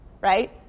right